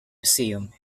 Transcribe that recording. museum